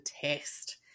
test